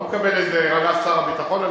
לא מקבל את זה שר הביטחון,